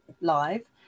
live